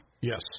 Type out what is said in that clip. Yes